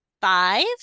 five